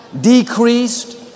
decreased